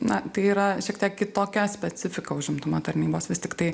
na tai yra šiek tiek kitokia specifika užimtumo tarnybos vis tiktai